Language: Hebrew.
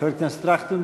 חבר הכנסת טרכטנברג,